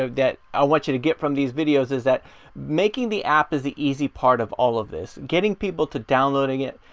that i want you to get from these videos is that making the app is the easy part of all of this. getting people to downloading it,